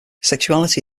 sexuality